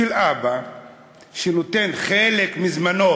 של אבא שנותן חלק מזמנו